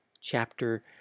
chapter